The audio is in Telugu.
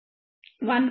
9 GHz వద్ద 33